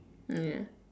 ya